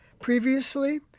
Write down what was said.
Previously